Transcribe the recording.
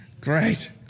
Great